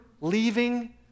leaving